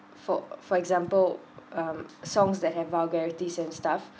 for for example um songs that have vulgarities and stuff